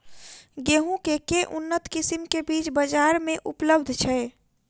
गेंहूँ केँ के उन्नत किसिम केँ बीज बजार मे उपलब्ध छैय?